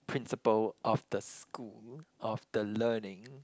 principal of the school of the learning